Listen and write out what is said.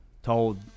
Told